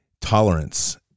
tolerance